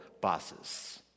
Bosses